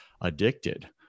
addicted